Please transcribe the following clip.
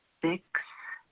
six,